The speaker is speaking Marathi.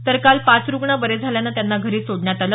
तर काल पाच रुग्ण बरे झाल्यानं त्यांना घरी सोडण्यात आलं